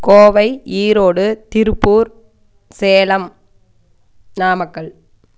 Kovai Erode Tiruppur Salem Namakkal